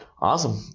Awesome